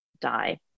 die